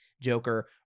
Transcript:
Joker